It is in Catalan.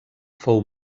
fou